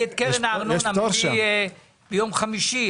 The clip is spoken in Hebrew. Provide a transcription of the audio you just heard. את קרן הארנונה אני מביא ביום חמישי,